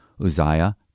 uzziah